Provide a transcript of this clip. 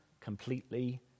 completely